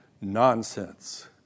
nonsense